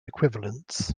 equivalents